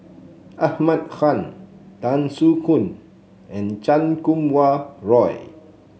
Ahmad Khan Tan Soo Khoon and Chan Kum Wah Roy